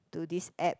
to this app